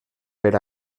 per